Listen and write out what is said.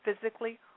physically